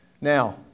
Now